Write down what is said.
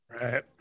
right